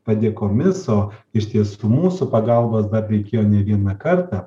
padėkomis o ištiestų mūsų pagalbos dar reikėjo ne vieną kartą